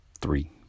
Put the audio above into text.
three